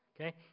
okay